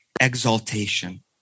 exaltation